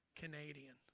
Canadian